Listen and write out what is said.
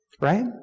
right